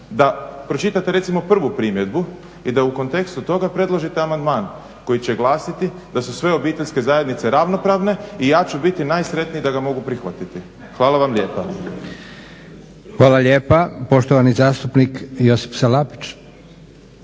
da pročitate recimo prvu primjedbu i da u kontekstu toga predložite amandman koji će glasiti da su sve obiteljske zajednice ravnopravne i ja ću biti najsretniji da ga mogu prihvatiti. Hvala vam lijepa. **Leko, Josip (SDP)** Hvala lijepa. Poštovani zastupnik Josip Salapić.